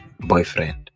boyfriend